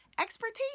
Expertise